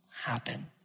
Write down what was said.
happen